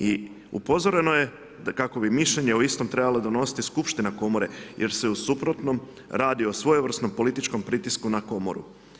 I upozoreno je kako bi mišljenje o istom trebalo donositi skupština komore, jer se u suprotnom radi o svojevrsnom političkom prištinsku na komoru.